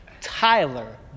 Tyler